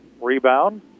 Rebound